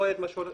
זאת הבעיה.